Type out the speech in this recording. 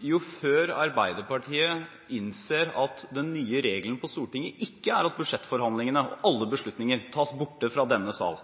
Jo før Arbeiderpartiet innser at den nye regelen på Stortinget ikke er at budsjettforhandlingene og alle beslutninger tas borte fra denne sal,